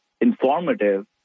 informative